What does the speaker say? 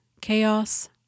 chaos